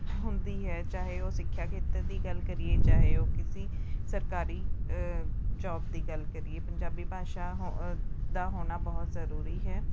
ਹੁੰਦੀ ਹੈ ਚਾਹੇ ਉਹ ਸਿੱਖਿਆ ਖੇਤਰ ਦੀ ਗੱਲ ਕਰੀਏ ਚਾਹੇ ਉਹ ਕਿਸੀ ਸਰਕਾਰੀ ਜੋਬ ਦੀ ਗੱਲ ਕਰੀਏ ਪੰਜਾਬੀ ਭਾਸ਼ਾ ਹੋ ਅ ਦਾ ਹੋਣਾ ਬਹੁਤ ਜ਼ਰੂਰੀ ਹੈ